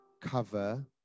cover